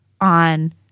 on